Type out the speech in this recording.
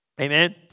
Amen